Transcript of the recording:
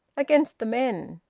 against the men.